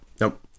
nope